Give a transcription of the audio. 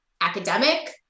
academic